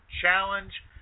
challenge